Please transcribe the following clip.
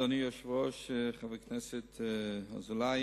אדוני היושב-ראש, חבר הכנסת אזולאי.